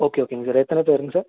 okay ஓகேங்க sir எத்தனை பேருங்க சார்